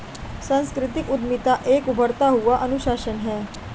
सांस्कृतिक उद्यमिता एक उभरता हुआ अनुशासन है